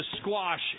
squash